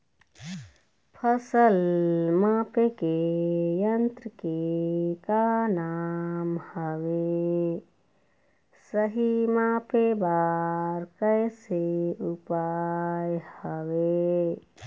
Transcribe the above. फसल मापे के यन्त्र के का नाम हवे, सही मापे बार कैसे उपाय हवे?